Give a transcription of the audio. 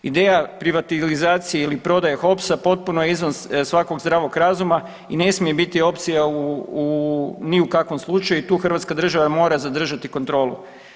Ideja privatizacije ili prodaje HOPS-a potpuno je izvan svakog zdravog razuma i ne smije biti opcija ni u kakvom slučaju i tu Hrvatska država mora zadržati kontrolu.